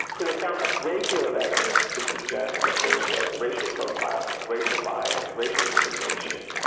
so they found a great deal of evidence to suggest that there was racial profiling, racial bias, racial discrimination,